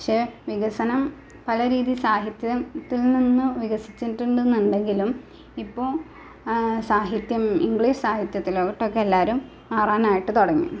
പക്ഷേ വികസനം പലരീതിയില് സാഹിത്യത്തില് നിന്നും വികസിച്ചിട്ടൂണ്ട് എന്നാലും ഇപ്പോൾ സാഹിത്യം ഇംഗ്ലീഷ് സാഹിത്യത്തിലോട്ടല്ലവരും മാറാനായിട്ട് തുടങ്ങി